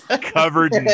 Covered